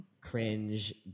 cringe